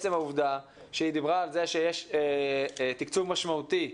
עצם העובדה שהיא דיברה על זה שיש תקצוב משמעותי,